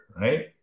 right